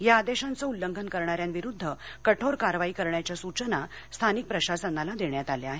या आदेशांच उल्लंघन करणाऱ्यांविरुद्ध कठोर कारवाई करण्याच्या सूचना स्थानिक प्रशासनाला देण्यात आल्या आहेत